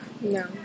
No